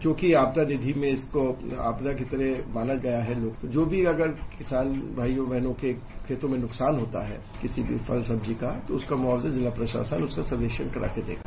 क्योंकि आपदा तिथियों में इसको आपदा की तरह माना गया है जो भी अगर किसान भाइयों बहनों के खेतों में नुकसान होता है किसी भी फल सब्जी का तो उसका मुआवजा जिला प्रशासन उसका सर्वेक्षण कराके देगा